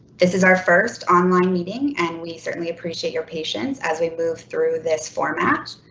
this is our first online meeting and we certainly appreciate your patience as we move through this format.